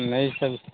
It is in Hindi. यही सब